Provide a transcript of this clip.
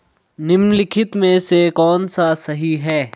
निम्नलिखित में से कौन सा सही है?